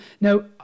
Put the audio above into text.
Now